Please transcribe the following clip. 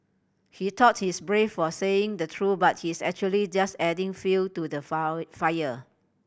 he thought he's brave for saying the truth but he's actually just adding fuel to the fire